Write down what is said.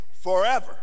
forever